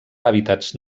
hàbitats